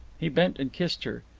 he bent and kissed her.